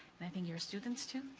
and i think your students too?